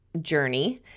journey